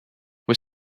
were